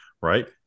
right